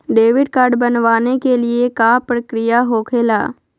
Debit card बनवाने के का प्रक्रिया होखेला?